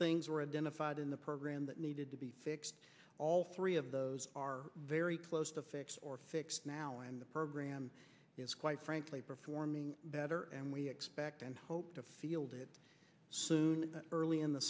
in the program that needed to be fixed all three of those are very close to fix or fixed now and the program is quite frankly performing better and we expect and hope to field it soon early in the